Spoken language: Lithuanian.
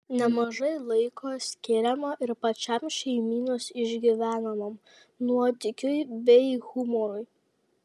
nemažai laiko skiriama ir pačiam šeimynos išgyvenamam nuotykiui bei humorui